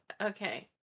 okay